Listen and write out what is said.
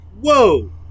whoa